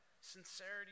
Sincerity